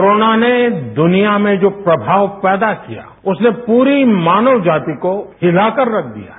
corona ने दुनिया में जो प्रभाव पैदा किया उसने पूरी मानव जाति को हिलाकर रख दिया है